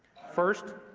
first,